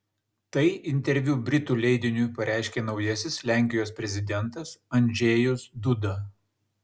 tai interviu britų leidiniui pareiškė naujasis lenkijos prezidentas andžejus duda